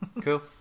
Cool